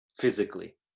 physically